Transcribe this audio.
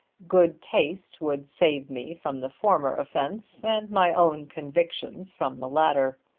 good taste would save me from the former offence, and my own convictions from the latter.